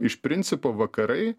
iš principo vakarai